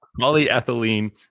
Polyethylene